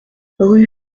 rue